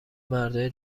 مردای